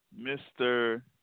Mr